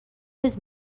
his